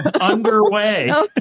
Underway